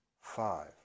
five